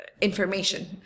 information